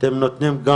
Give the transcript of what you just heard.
אני רוצה רק לחדד.